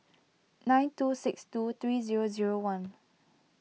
nine two six two three zero zero one